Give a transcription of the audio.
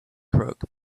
crook